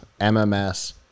mms